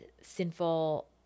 sinful